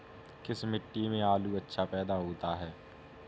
किस मिट्टी में आलू अच्छा पैदा होता है?